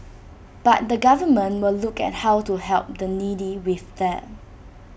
but the government will look at how to help the needy with that